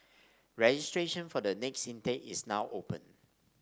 registration for the next intake is now open